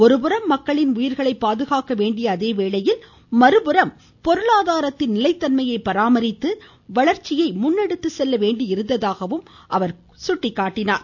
ஒருபுறம் மக்களின் உயிர்களை பாதுகாக்க வேண்டிய அதேவேளையில் மறுபுறம் பொருளாதாரத்தின் நிலைத்தன்மையை பராமரித்து வளர்ச்சியை முன்னெடுத்து செல்ல வேண்டியிருந்ததாகவும் அவர் எடுத்துரைத்தார்